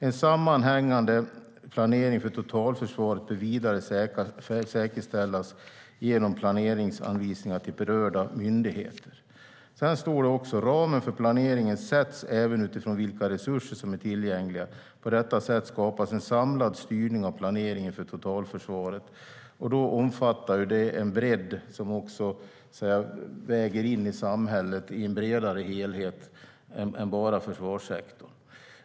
En sammanhängande planering för totalförsvaret bör vidare säkerställas genom planeringsanvisningar till berörda myndigheter. Det står också i inriktningspropositionen: "Ramen för planeringen sätts även utifrån vilka resurser som är tillgängliga. På detta sätt skapas en samlad styrning av planeringen för totalförsvaret." Det omfattar en bredd som så att säga väger in i samhället, i en bredare helhet än bara försvarssektorn.